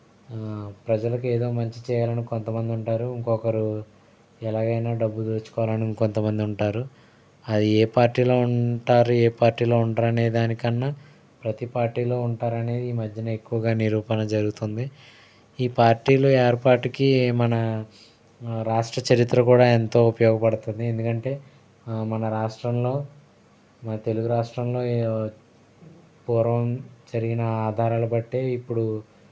ప్రజలకు ఏదో మంచి చేయాలని కొంతమంది ఉంటారు ఇంకొకరు ఎలాగైనా డబ్బు తెచ్చుకోవాలని ఇంకొంతమంది ఉంటారు అది ఏ పార్టీలో ఉంటారు ఏ పార్టీలో ఉండరు అనే దానికన్నా ప్రతి పార్టీలో ఉంటారని ఈ మధ్యన ఎక్కువగా నిరూపణ జరుగుతుంది ఈ పార్టీలో ఏర్పాటుకి మన రాష్ట్ర చరిత్ర కూడా ఎంతో ఉపయోగపడుతుంది ఎందుకంటే మన రాష్ట్రంలో మన తెలుగు రాష్ట్రంలో ఏ పూర్వం జరిగిన ఆధారాలు బట్టి ఇప్పుడు